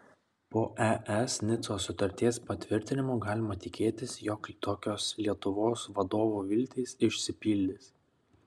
po es nicos sutarties patvirtinimo galima tikėtis jog tokios lietuvos vadovo viltys išsipildys